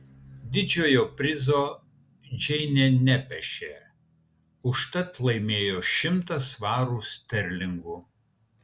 didžiojo prizo džeinė nepešė užtat laimėjo šimtą svarų sterlingų